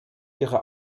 ihre